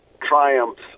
triumphs